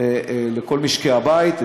לכל משקי הבית,